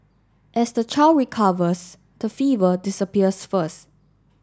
as the child recovers the fever disappears first